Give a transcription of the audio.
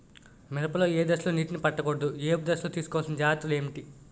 మిరప లో ఏ దశలో నీటినీ పట్టకూడదు? ఏపు దశలో తీసుకోవాల్సిన జాగ్రత్తలు ఏంటి?